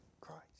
Christ